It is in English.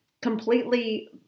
completely